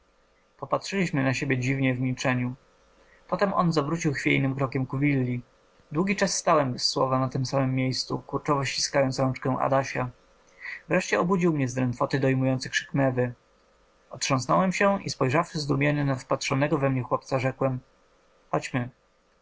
popatrzyliśmy na siebie dziwnie w milczeniu potem on zawrócił chwiejnym krokiem do willi długi czas stałem bez słowa na tem samem miejscu kurczowo ściskając rączkę adasia wreszcie obudził mnie z drętwoty dojmujący krzyk mewy otrząsłem się i spojrzawszy zdumiony na wpatrzonego we mnie chłopca rzekłem chodźmy